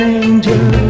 angel